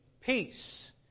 peace